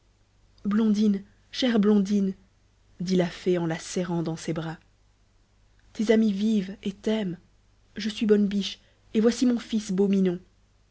blondine chère blondine dit la fée en la serrant dans ses bras tes amis vivent et t'aiment je suis bonne biche et voici mon fils